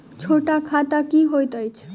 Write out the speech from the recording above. छोट खाता की होइत अछि